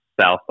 South